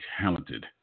talented